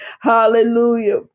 Hallelujah